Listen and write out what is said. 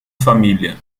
família